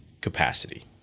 capacity